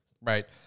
right